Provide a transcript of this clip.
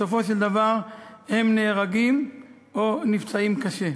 בסופו של דבר הם נהרגים או נפצעים קשה.